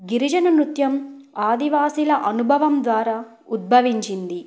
గిరిజన నృత్యం ఆదివాసుల అనుభవం ద్వారా ఉద్భవించింది